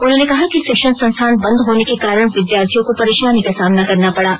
उन्होंने कहा कि शिक्षण संस्थान बन्द होने के कारण विद्यार्थियों को परेशानी का सामना करना पड़ा